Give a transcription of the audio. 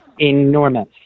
enormous